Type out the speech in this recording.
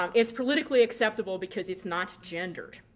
um it's politically acceptable because it's not gendered.